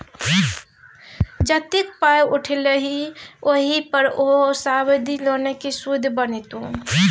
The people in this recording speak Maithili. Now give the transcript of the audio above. जतेक पाय उठेलही ओहि पर ओ सावधि लोनक सुदि बनितौ